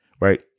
Right